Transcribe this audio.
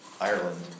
Ireland